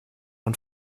und